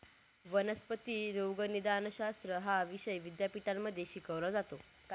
वनस्पती रोगनिदानशास्त्र हा विषय विद्यापीठांमध्ये शिकवला जातो